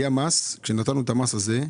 כשהטלנו את המס הזה,